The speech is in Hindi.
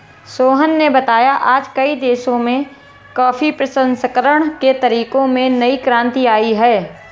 सोहन ने बताया आज कई देशों में कॉफी प्रसंस्करण के तरीकों में नई क्रांति आई है